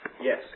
Yes